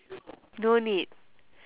no need